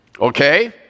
Okay